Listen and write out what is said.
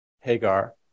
Hagar